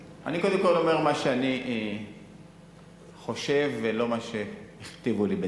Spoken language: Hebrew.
קודם כול אני אומר מה שאני חושב ולא מה שהכתיבו לי.